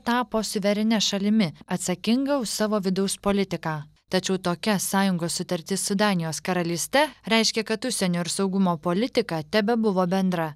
tapo suverenia šalimi atsakinga už savo vidaus politiką tačiau tokia sąjungos sutartis su danijos karalyste reiškia kad užsienio ir saugumo politika tebebuvo bendra